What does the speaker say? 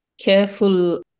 careful